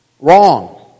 wrong